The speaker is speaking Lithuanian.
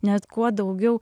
nes kuo daugiau